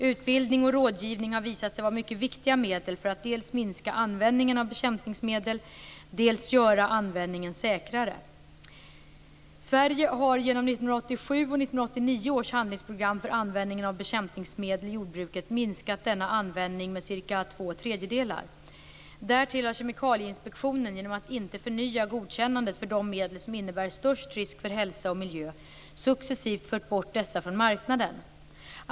Utbildning och rådgivning har visat sig vara mycket viktiga medel för att dels minska användningen av bekämpningsmedel, dels göra användningen säkrare. För det andra har Sverige genom 1987 och 1989 års handlingsprogram för användningen av bekämpningsmedel i jordbruket minskat denna användning med cirka två tredjedelar. Därtill har Kemikalieinspektionen genom att inte förnya godkännandet för de medel som innebär störst risk för hälsa och miljö successivt fört bort dessa från marknaden.